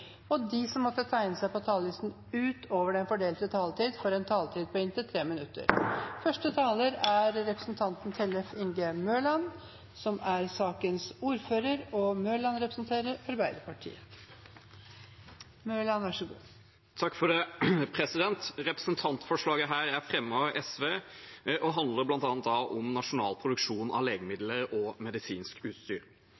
og de som måtte tegne seg på talerlisten utover den fordelte taletid, får også en taletid på inntil 3 minutter. Representantforslaget her er fremmet av SV og handler bl.a. om nasjonal produksjon av